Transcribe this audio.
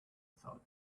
thought